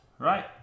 Right